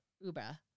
Uber